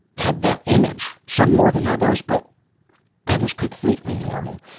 had that image, some more than others, but that is completely normal.